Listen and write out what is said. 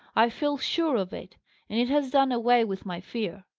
i feel sure of it and it has done away with my fear.